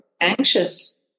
anxious